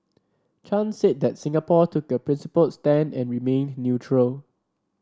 Chan said that Singapore took a principled stand and remained neutral